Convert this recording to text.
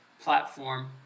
platform